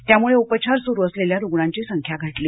त्यामुळे उपचार सुरू असलेल्या रुग्णांची संख्या घटली